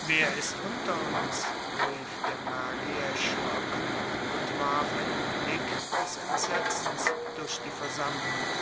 wer ist unter uns rief der magier erschrocken und warf einen blick des entsetzens durch die versammlung